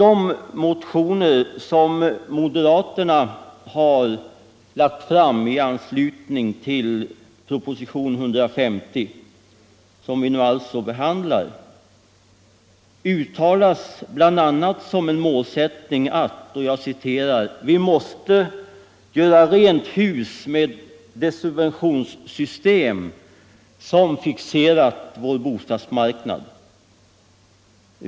a. i motioner från moderaternas sida i anslutning till propositionen 150 uttalas som en målsättning att ”vi måste göra rent hus med det subventionssystem som fixerat vår bostadsmarknad”.